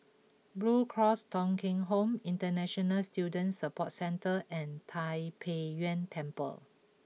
Blue Cross Thong Kheng Home International Student Support Centre and Tai Pei Yuen Temple